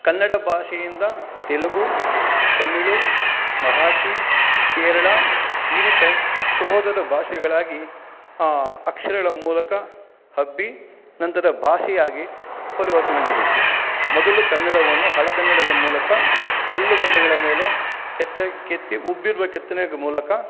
ಕನ್ನಡ ಭಾಷೆಯಿಂದ ತೆಲುಗು ತಮಿಳ್ ಮರಾಠಿ ಕೇರಳ ಈ ರೀತಿ ಸಹೋದರ ಭಾಷೆಗಳಾಗಿ ಅಕ್ಷರಗಳ ಮೂಲಕ ಹಬ್ಬಿ ನಂತರ ಭಾಷೆಯಾಗಿ ಪರಿವರ್ತನೆಗೊಂಡಿತು ಮೊದಲು ಕನ್ನಡವನ್ನು ಹಳೆಗನ್ನಡದ ಮೂಲಕ ಕಲ್ಲು ಬಂಡೆಗಳ ಮೇಲೆ ಕೆತ್ತಿ ಕೆತ್ತಿ ಉಬ್ಬಿರುವ ಕೆತ್ತನೆಗಳ ಮೂಲಕ